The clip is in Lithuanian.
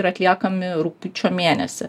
yra atliekami rugpjūčio mėnesį